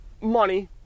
money